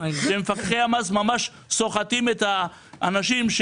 שמפקחי המס ממש סוחטים את האנשים,